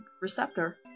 receptor